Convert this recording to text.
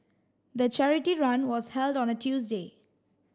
the charity run was held on a Tuesday